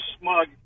smug